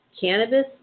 cannabis